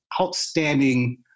outstanding